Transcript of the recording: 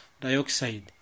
dioxide